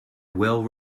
well